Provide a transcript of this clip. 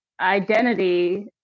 identity